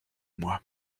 moi